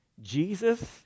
Jesus